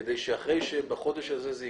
כדי שאחרי שבחודש הזה זה יגמר,